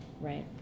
right